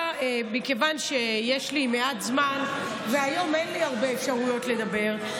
מכיוון שיש לי מעט זמן והיום אין לי הרבה אפשרויות לדבר,